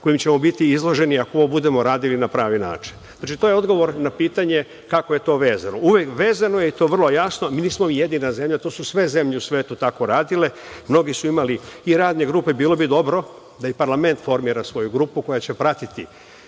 kojim ćemo biti izloženi ako ovo budemo radili na pravi način. To je odgovor na pitanje - kako je to vezano. Vezano je i to vrlo jasno. Mi nismo jedina zemlja. To su sve zemlje u svetu tako uradile. Mnogi su imali i radne grupe. Bilo bi dobro da parlament formira svoju grupu koja će pratiti